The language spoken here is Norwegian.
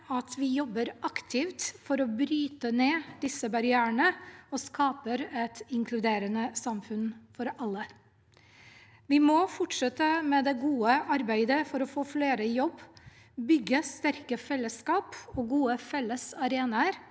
at vi jobber aktivt for å bryte ned disse barrierene og skaper et inkluderende samfunn for alle. Vi må fortsette med det gode arbeidet for å få flere i jobb, bygge sterke fellesskap og gode felles arenaer,